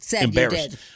embarrassed